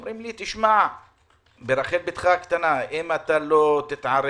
אומרים לי ברחל בתך הקטנה: אם אתה לא תתערב